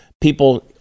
people